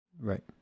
Right